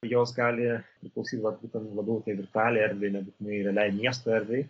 jos gali priklausyt vat būtent labiau tai virtualiai erdvei nebūtinai realiai miesto erdvei